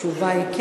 התשובה היא כן.